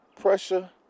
Pressure